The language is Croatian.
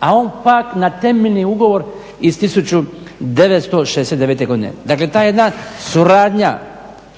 a on pak na temeljni ugovor iz 1969.godine. Dakle taj jedna suradnja